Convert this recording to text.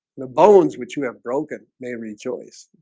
the bones which you have broken may rejoice,